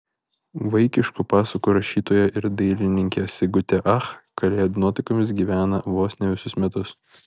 vaikiškų pasakų rašytoja ir dailininkė sigutė ach kalėdų nuotaikomis gyvena vos ne visus metus